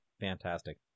Fantastic